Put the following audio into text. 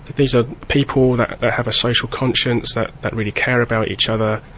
these are people that have a social conscience that that really care about each other,